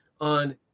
on